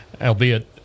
albeit